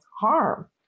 harm